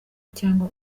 cyangwa